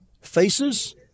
Faces